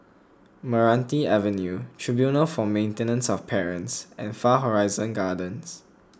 Meranti Avenue Tribunal for Maintenance of Parents and Far Horizon Gardens